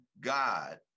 God